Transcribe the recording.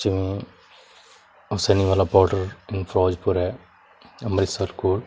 ਜਾਂ Hussainiwala border in Firozpur ਹੈ ਅੰਮ੍ਰਿਤਸਰ ਕੋਲ